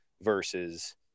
versus